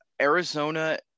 Arizona